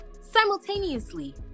simultaneously